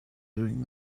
doing